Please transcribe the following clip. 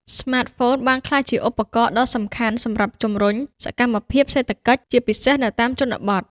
ស្មាតហ្វូនបានក្លាយជាឧបករណ៍ដ៏សំខាន់សម្រាប់ជំរុញសកម្មភាពសេដ្ឋកិច្ច ជាពិសេសនៅតាម ជនបទ។